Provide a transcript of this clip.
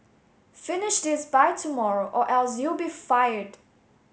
finish this by tomorrow or else you'll be fired